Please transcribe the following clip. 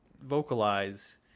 vocalize